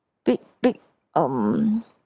big big um